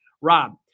Rob